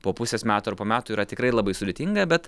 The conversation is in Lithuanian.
po pusės metų ar po metų yra tikrai labai sudėtinga bet